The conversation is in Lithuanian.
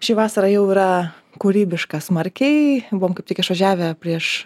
ši vasara jau yra kūrybiška smarkiai buvom kaip tik išvažiavę prieš